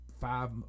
five